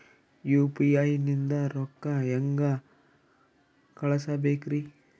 UPI ನಿಂದ ರೊಕ್ಕ ಹೆಂಗ ಕಳಸಬೇಕ್ರಿ?